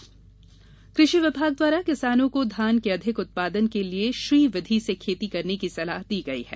धान कृषि विभाग द्वारा किसानों को धान के अधिक उत्पादन के लिए श्री विधि से खेती करने की सलाह दी गई है